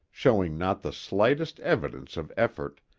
showing not the slightest evidence of effort,